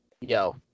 yo